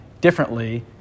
differently